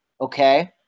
Okay